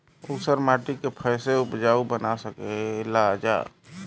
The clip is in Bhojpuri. ऊसर माटी के फैसे उपजाऊ बना सकेला जा?